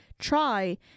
try